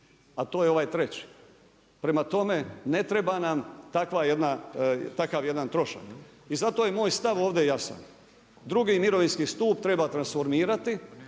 a to je ovaj treći. Prema tome, ne treba nam takav jedan trošak. I zato je moj stav ovdje jasan. Drugi mirovinski stup treba transformirati,